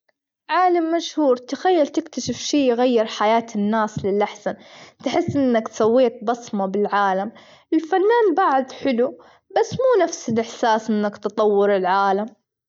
عالم مشهور تخيل تكتشف شي يغير حياة الناس للأحسن تحس إنك سويت بصمة بالعالم، الفنان بعد حلو بس مو نفس الإحساس أنك تطور العالم.